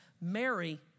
Mary